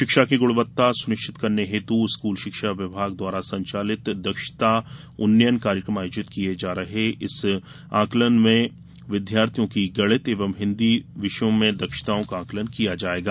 शिक्षा की गुणवत्ता सुनिश्चित करने हेतु स्कूल शिक्षा विभाग द्वारा संचालित दक्षता उन्नयन कार्यक्रम आयोजित किए जा रहे इस आकलन में विद्यार्थियों की गणित एवं हिन्दी विषयक दक्षताओं का आकलन किया जायेगा